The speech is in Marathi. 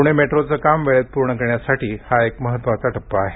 पुणे मेट्रोचं काम वेळेत पूर्ण करण्यासाठी हा एक महत्वाचा टप्पा आहे